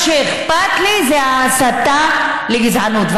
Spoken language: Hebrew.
מה שאכפת לי זה ההסתה לגזענות.